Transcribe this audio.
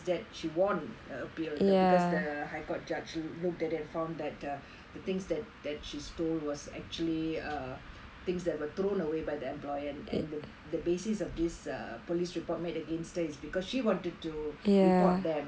that she won the appeal because the high court judges looked at it and found that the the things that that she stole was actually err things that were thrown away by the employer and and the basis of this err police report made against her was because she wanted to report them to